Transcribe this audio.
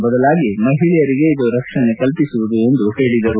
ಬದಲಾಗಿ ಮಹಿಳೆಯರಿಗೆ ಇದು ರಕ್ಷಣೆ ಕಲ್ಪಿಸುವುದು ಎಂದು ಹೇಳಿದರು